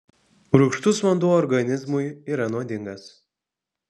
rūgštus vanduo organizmui yra nuodingas